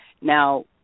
Now